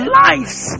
lives